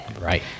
Right